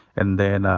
and then,